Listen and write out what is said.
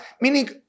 meaning